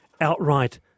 outright